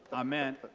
amen!